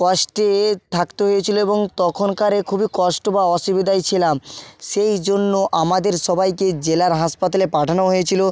কষ্টে থাকতে হয়েছিল এবং তখনকার খুবই কষ্ট বা অসুবিধায় ছিলাম সেই জন্য আমাদের সবাইকে জেলার হাসপাতালে পাঠানো হয়েছিল